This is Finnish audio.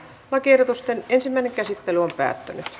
lakiehdotusten ensimmäinen käsittely päättyi